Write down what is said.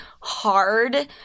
hard